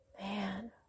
man